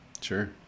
Sure